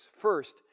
First